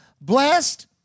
Blessed